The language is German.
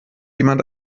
jemand